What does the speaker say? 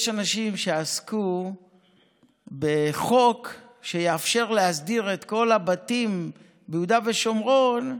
יש אנשים שעסקו בחוק שיאפשר להסדיר את כל הבתים ביהודה ושומרון,